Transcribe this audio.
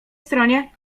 stronie